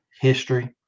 history